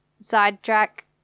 Sidetrack